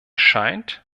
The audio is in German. scheint